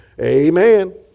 Amen